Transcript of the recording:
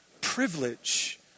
privilege